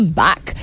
back